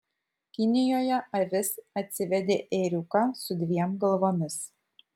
kinijoje avis atsivedė ėriuką su dviem galvomis